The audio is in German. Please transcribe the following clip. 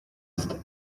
ist